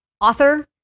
author